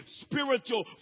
Spiritual